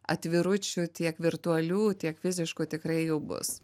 atviručių tiek virtualių tiek fiziškų tikrai jau bus